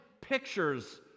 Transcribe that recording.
pictures